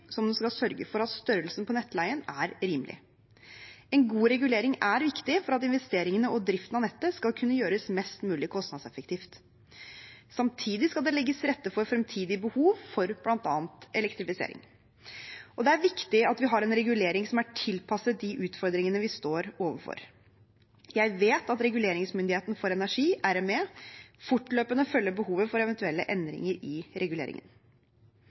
som den skal sørge for at størrelsen på nettleien er rimelig. En god regulering er viktig for at investeringene og driften av nettet skal kunne gjøres mest mulig kostnadseffektivt. Samtidig skal det legges til rette for fremtidige behov for bl.a. elektrifisering. Det er viktig at vi har en regulering som er tilpasset de utfordringene vi står overfor. Jeg vet at Reguleringsmyndigheten for energi, RME, fortløpende følger behovet for eventuelle endringer i reguleringen.